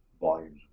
Volumes